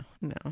no